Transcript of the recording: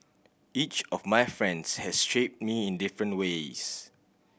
each of my friends has shaped me in different ways